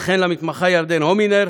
וכן למתמחה ירדן הומינר,